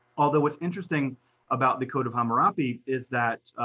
although what's interesting about the code of hammurabi, is that,